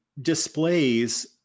displays